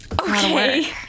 okay